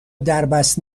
دربست